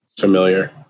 familiar